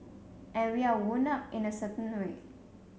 and we are wound up in a certain way